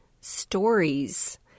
stories